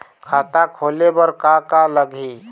खाता खोले बर का का लगही?